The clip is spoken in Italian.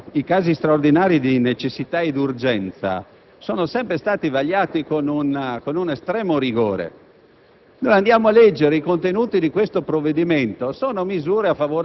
però, nella storia dell'ordinamento italiano, i casi straordinari di necessità e urgenza sono sempre stati vagliati con un estremo rigore.